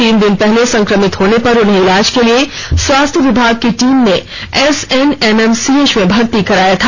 तीन दिन पहले संक्रमित होने पर उन्हें इलाज के लिए स्वास्थ्य विभाग की टीम ने एसएनएमसीएच में भर्ती कराया था